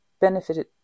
benefited